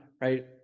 right